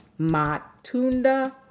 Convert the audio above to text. Matunda